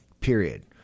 Period